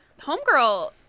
homegirl